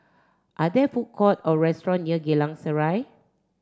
are there food court or restaurant near Geylang Serai